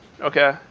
okay